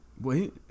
Wait